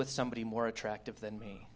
with somebody more attractive than me